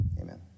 amen